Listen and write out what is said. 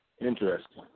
Interesting